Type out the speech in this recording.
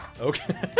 Okay